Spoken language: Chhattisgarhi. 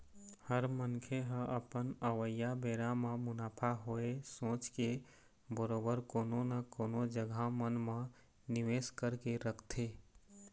हर मनखे ह अपन अवइया बेरा म मुनाफा होवय सोच के बरोबर कोनो न कोनो जघा मन म निवेस करके रखथे